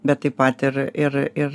bet taip pat ir ir ir